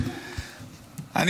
תתפטרו.